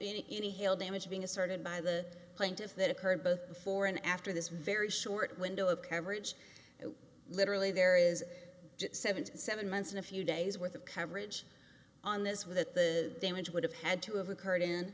damage any hail damage being asserted by the plaintiff that occurred both before and after this very short window of coverage and literally there is seventy seven months in a few days worth of coverage on this with the damage would have had to have occurred in